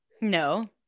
No